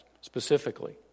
specifically